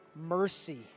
mercy